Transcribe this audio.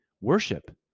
worship